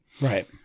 Right